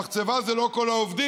המחצבה זה לא כל העובדים,